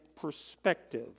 perspective